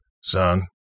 Son